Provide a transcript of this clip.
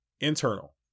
Internal